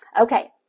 Okay